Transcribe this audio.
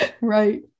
Right